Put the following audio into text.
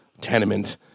tenement